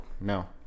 No